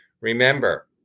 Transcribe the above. remember